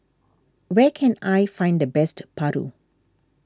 where can I find the best Paru